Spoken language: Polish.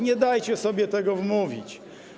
Nie dajcie sobie tego wmówić.